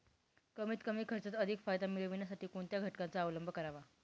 कमीत कमी खर्चात अधिक फायदा मिळविण्यासाठी कोणत्या घटकांचा अवलंब करावा?